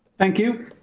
thank you.